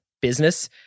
business